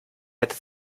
hätte